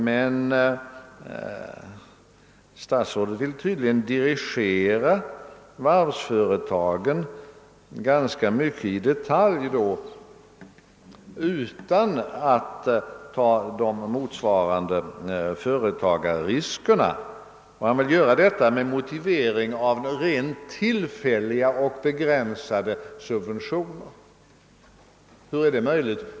Men statsrådet önskar tydligen dirigera varvsföretagen ganska mycket i detalj utan att ta de motsvarande företagarriskerna. Och han vill göra detta med motivering av rent tillfälliga och begränsade subventioner. Hur är det möjligt?